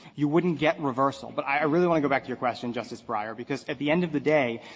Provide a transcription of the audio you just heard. you wouldn't get reversal. but i really want to go back to your question, justice breyer, because at the end of the day,